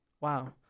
Wow